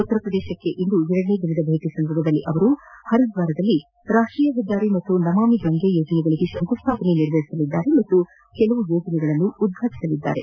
ಉತ್ತರಪ್ರದೇಶಕ್ಕೆ ಇಂದು ಎರಡನೇ ದಿನದ ಭೇಟಿ ಸಂದರ್ಭದಲ್ಲಿ ಅವರು ಹರಿದ್ವಾರದಲ್ಲಿ ರಾಷ್ಟೀಯ ಹೆದ್ದಾರಿ ಮತ್ತು ನಮಾಮಿ ಗಂಗಾ ಯೋಜನೆಗಳಿಗೆ ಶಂಕುಸ್ಲಾಪನೆ ನೆರವೇರಿಸಲಿದ್ದಾರೆ ಮತ್ತು ಕೆಲವು ಯೋಜನೆಗಳನ್ನು ಉದ್ಘಾಟಿಸಲಿದ್ದಾರೆ